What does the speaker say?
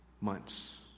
months